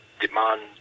demand